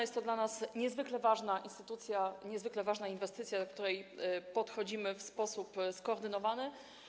Jest to dla nas niezwykle ważna instytucja i niezwykle ważna inwestycja, do której podchodzimy w sposób skoordynowany.